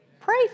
Pray